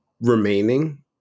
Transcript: remaining